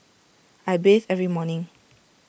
I bathe every morning